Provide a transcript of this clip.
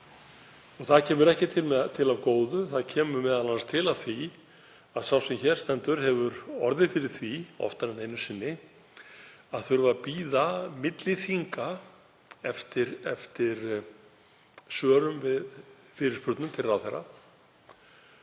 Það kemur ekki til af góðu. Það kemur m.a. til af því sá sem hér stendur hefur orðið fyrir því oftar en einu sinni að þurfa að bíða milli þinga eftir svörum við fyrirspurnum til ráðherra.